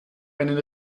einen